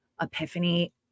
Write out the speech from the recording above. epiphany